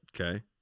Okay